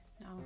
No